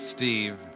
Steve